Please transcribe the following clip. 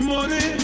Money